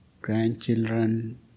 grandchildren